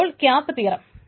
അപ്പോൾ CAP theorem